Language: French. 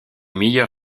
meilleur